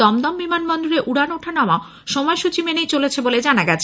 দমদম বিমানবন্দরে উড়ান ওঠা নামাও সময়সুচী মেনেই চলছে বলে জানা গেছে